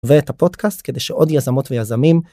ואת הפודקאסט כדי שעוד יזמות ויזמים.